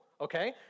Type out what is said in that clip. okay